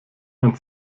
man